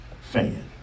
fan